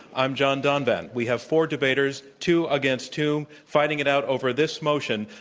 i'm john donvan. we have four debaters two against two, fighting it out over this motion,